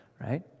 right